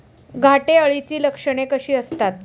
घाटे अळीची लक्षणे कशी असतात?